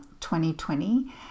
2020